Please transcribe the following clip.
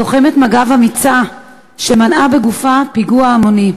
לוחמת מג"ב אמיצה שמנעה בגופה פיגוע המוני.